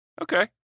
Okay